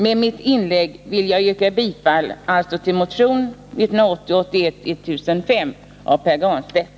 Med mitt inlägg vill jag yrka bifall till motion 1980/81:1005 av Pär Granstedt.